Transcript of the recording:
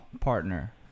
Partner